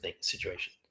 situation